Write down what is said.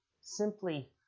simply